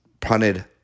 punted